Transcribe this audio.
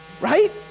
right